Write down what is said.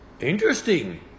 Interesting